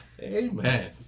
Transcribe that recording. Amen